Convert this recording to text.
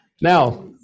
Now